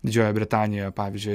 didžiojoje britanijoje pavyzdžiui